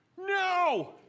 No